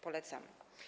Polecam.